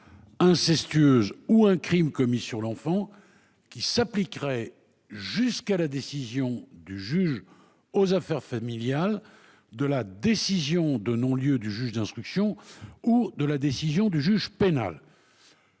incestueuse ou un crime commis sur l'enfant, s'appliquerait jusqu'à la décision du juge aux affaires familiales, la décision de non-lieu du juge d'instruction ou la décision du juge pénal.